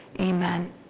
amen